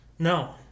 No